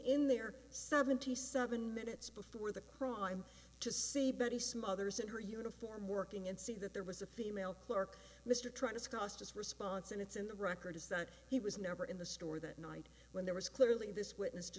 in there seventy seven minutes before the crime to see betty smothers in her uniform working and see that there was a female clark mr trying to discuss this response and it's in the record is that he was never in the store that night when there was clearly this witness to